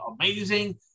amazing